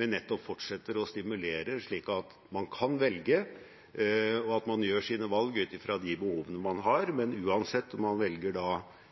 men nettopp fortsetter å stimulere slik at man kan velge, og at man gjør sine valg ut fra de behovene man har. Men uansett om man velger